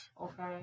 Okay